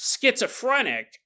schizophrenic